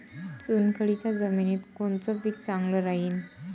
चुनखडीच्या जमिनीत कोनचं पीक चांगलं राहीन?